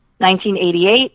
1988